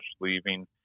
leaving